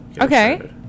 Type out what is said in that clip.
Okay